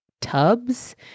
tubs